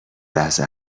لحظه